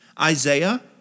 Isaiah